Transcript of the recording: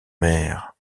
mère